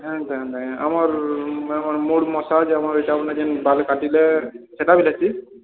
ଏନ୍ତା ଏନ୍ତା କି ଆମର୍ ମୁଣ୍ଡ୍ ମସାଜ୍ ଆମର ଏଟା ବୋଲେ ଯେନ୍ ବାଲ୍ କାଟିଲେ ସେଟା ବି ଅଛି